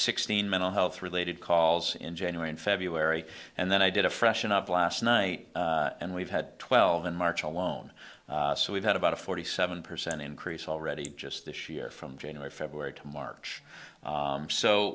sixteen mental health related calls in january and february and then i did a freshen up last night and we've had twelve in march alone so we've had about a forty seven percent increase already just this year from january february to march